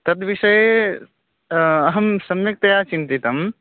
तद्विषये अहं सम्यक्तया चिन्तितं